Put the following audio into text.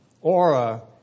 aura